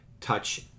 touch